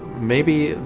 maybe